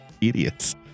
idiots